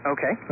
Okay